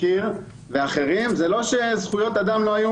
הזכיר לאחרים שזה לא שזכויות אדם לא היו